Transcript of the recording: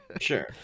Sure